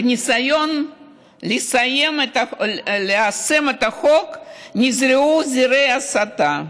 בניסיון ליישם את החוק נזרעו זרעי הסתה.